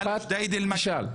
ג'דיידה כמשל.